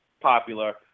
popular